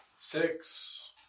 Six